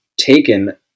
taken